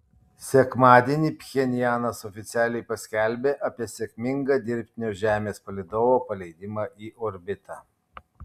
sekmadienį pchenjanas oficialiai paskelbė apie sėkmingą dirbtinio žemės palydovo paleidimą į orbitą